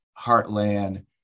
heartland